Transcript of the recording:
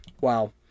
Wow